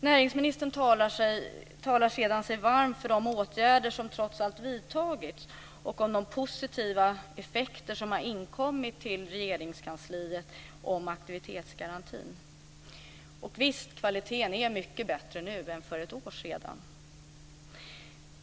Näringsministern talar sig sedan varm för de åtgärder som trots allt har vidtagits och om de uppgifter som har inkommit till Regeringskansliet om positiva effekter av aktivitetsgarantin. Visst är kvaliteten mycket bättre nu än för ett år sedan.